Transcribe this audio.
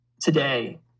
today